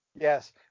Yes